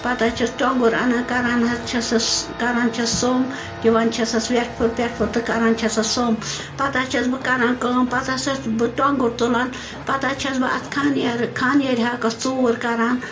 پتہٕ حظ چھَس ٹۄنٛگُر اَنان کَران حظ چھَسَس کَران چھَس سوٚمب دِوان چھَسَس وٮ۪ٹھ پھیُر پٮ۪ٹھ پھیُر تہٕ کَران چھَسَس سوٚمب پتہٕ حظ چھَس بہٕ کَران کٲم پتہٕ ہَسا بہٕ ٹۄنٛگُر تُلان پتہٕ حظ چھَس بہٕ اَتھ خانیٲر خانیٲرۍ ہاکَس ژوٗر کَران